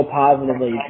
positively